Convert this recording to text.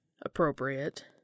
Appropriate